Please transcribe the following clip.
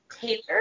Taylor